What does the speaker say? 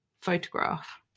photograph